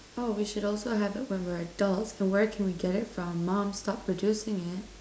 oh we should also have it when we're adults and where can we get it from mom stop producing it